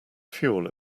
fuel